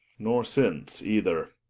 nor since either.